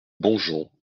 bonjon